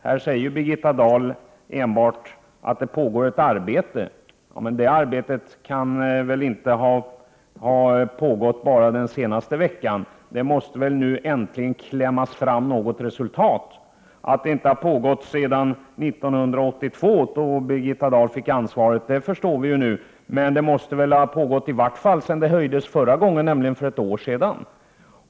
Här säger Birgitta Dahl enbart att det pågår ett arbete, men det kan väl inte ha pågått bara under den senaste veckan. Det måste väl nu äntligen klämmas fram något resultat. Att arbetet inte pågått sedan 1982, då Birgitta Dahl fick ansvaret för dessa frågor, förstår vi nu, men det måste väl ha pågått i vart fall sedan höjningen gjordes för ett år sedan.